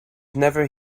never